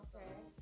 Okay